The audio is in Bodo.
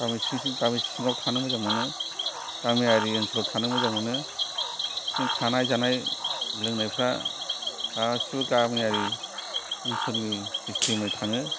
गामि सिं सिं गामि सिङाव थानो मोजां मोनो गामियारि ओनसोलाव थानो मोजां मोनो थानाय जानाय लोंनायफ्रा गासिबो गामियारि ओनसोलनि सिसथेमै थाङो